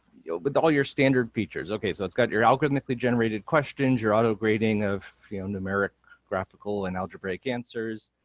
with all your standard features. okay so it's got your algorithmically generated questions, your auto grading of numerical, graphical and algebraic answers